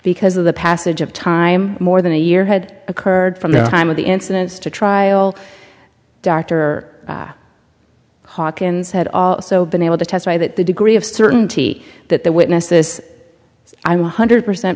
because of the passage of time more than a year had occurred from the time of the incidents to trial doctor hawkins had also been able to testify that the degree of certainty that the witness this i one hundred percent